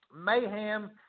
mayhem